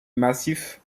massif